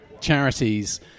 charities